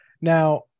Now